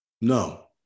no